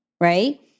Right